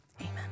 Amen